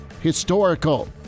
historical